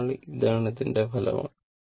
അതിനാൽ ഇത് അതിന്റെ ഫലമാണ്